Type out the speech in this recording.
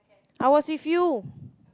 I was with you